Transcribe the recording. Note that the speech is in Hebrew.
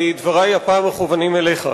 כי דברי הפעם מכוונים אליך,